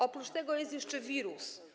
Oprócz tego jest jeszcze wirus.